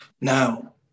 Now